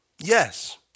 Yes